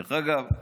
דרך אגב,